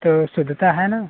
तो शुद्धता है ना